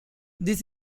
this